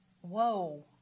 whoa